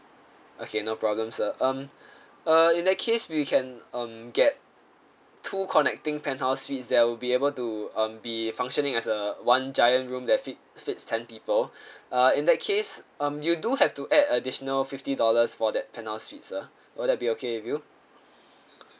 okay no problem sir um uh in that case we can um get two connecting penthouse suites that will be able to um be functioning as a one giant room that fit fits ten people uh in that case um you do have to add additional fifty dollars for that penthouse suite sir will that be okay with you